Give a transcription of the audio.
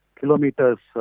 kilometers